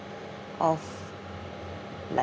of like